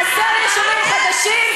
חסרים יישובים חדשים?